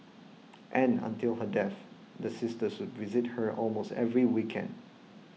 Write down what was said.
and until her death the sisters should visit her almost every weekend